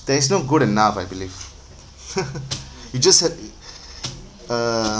there is no good enough I believe you just said i~ uh